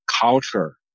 culture